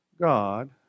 God